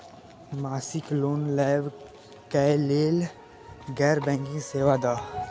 मासिक लोन लैवा कै लैल गैर बैंकिंग सेवा द?